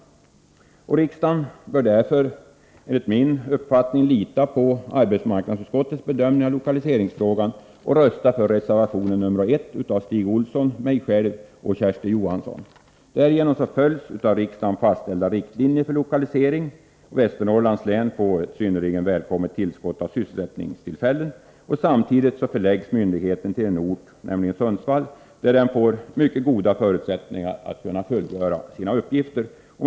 Riksdagen bör därför, enligt min uppfattning, lita på arbetsmarknadsutskottets bedömning av lokaliseringsfrågan och rösta för reservation 1 av Stig Olsson, mig själv och Kersti Johansson. Därigenom följs av riksdagen fastställda riktlinjer för lokalisering, och Västernorrlands län får ett synnerligen välkommet tillskott av sysselsättningstillfällen samtidigt som myndigheten förläggs till en ort, nämligen Sundsvall, där den får mycket goda förutsättningar att kunna fullgöra sina uppgifter. Herr talman!